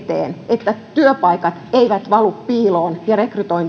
että työpaikat eivät valu piiloon ja